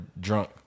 drunk